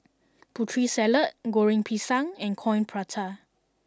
Putri Salad Goreng Pisang and Coin Prata